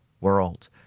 world